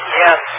yes